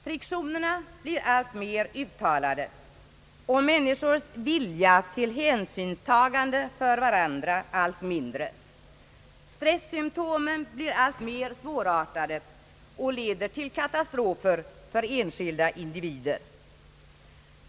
Friktionerna blir allt mera uttalade och människors vilja till hänsynstagande för varandra allt mindre. Stressymtomen blir alltmer svårartade och leder till katastrof för enskilda individer.